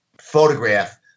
photograph